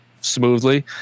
smoothly